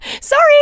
Sorry